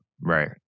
Right